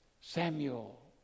Samuel